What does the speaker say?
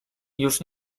już